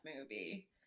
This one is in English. movie